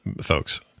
folks